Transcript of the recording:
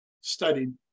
studied